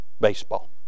baseball